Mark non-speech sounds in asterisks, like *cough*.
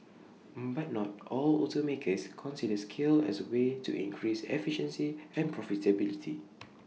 but not all automakers consider scale as A way to increased efficiency and profitability *noise*